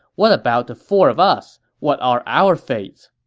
what about the four of us? what are our fates?